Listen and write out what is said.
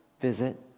visit